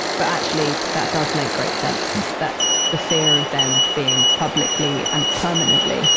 but actually that does make great sense that the fear of then being publicly and permanently